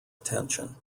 attention